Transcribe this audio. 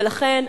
ולכן,